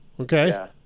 Okay